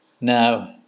Now